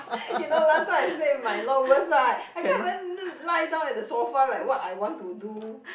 you know last time I stay with my in laws worse right I can't even lie down on the sofa like what I want to do